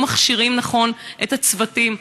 לא מכשירים נכון את הצוותים.